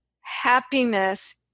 happiness